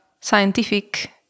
scientific